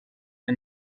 que